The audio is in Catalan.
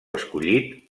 escollit